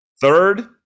Third